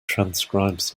transcribes